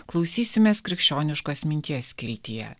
klausysimės krikščioniškos minties skiltyje